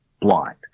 blind